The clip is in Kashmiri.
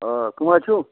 آ کٕم حظ چھُو